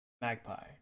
Magpie